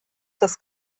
das